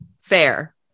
fair